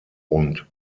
und